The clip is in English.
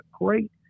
great